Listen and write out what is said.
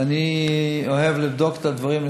ואני אוהב לבדוק את הדברים,